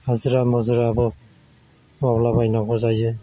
हाजिरा मुजिराबो मावलाबायनांगौ जायो